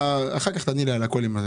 --- אחר כך תעני לי על הכול.